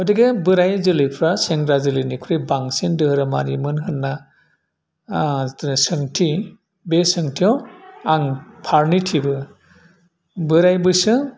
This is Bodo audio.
गथिखे बेराइ जोलैफ्रा सेंग्रा जोलैनिख्रुइ बांसिन धोरोमारिमोन होनना ओह जे सोंथि बे सोंथियाव आं फारनैथिबो बोराइ बैसो